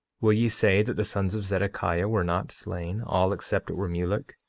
will ye say that the sons of zedekiah were not slain, all except it were mulek?